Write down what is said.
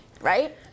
Right